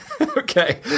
Okay